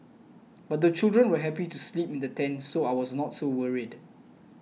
but the children were happy to sleep in the tent so I was not so worried